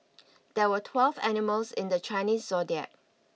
there were twelve animals in the Chinese zodiac